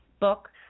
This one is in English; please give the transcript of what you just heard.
book